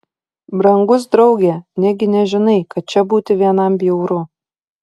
brangus drauge negi nežinai kad čia būti vienam bjauru